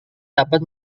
dapat